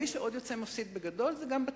מי שעוד יוצא מפסיד בגדול זה בתי-החולים.